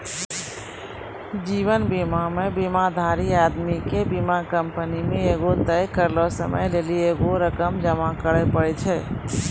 जीवन बीमा मे बीमाधारी आदमी के बीमा कंपनी मे एगो तय करलो समय लेली एगो रकम जमा करे पड़ै छै